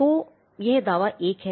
तो यह दावा 1 है